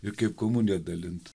ir kaip komuniją dalint